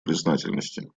признательности